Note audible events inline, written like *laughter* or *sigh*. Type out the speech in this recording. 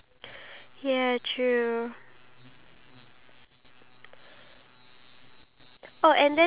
ya I okay *noise* so I learn in school right that every one of us have our own dreams but